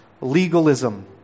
legalism